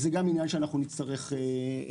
זהו גם עניין שנצטרך לפתור.